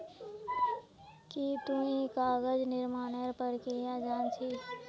की तुई कागज निर्मानेर प्रक्रिया जान छि